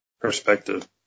perspective